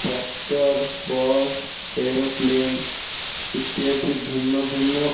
tractor bus aeroplane ଇତ୍ୟାଦି ଭିନ୍ନ ଭିନ୍ନ